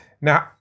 now